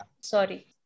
Sorry